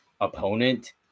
opponent